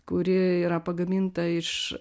kuri yra pagaminta iš